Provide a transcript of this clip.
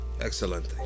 Excellent